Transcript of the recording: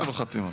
לא.